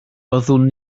byddwn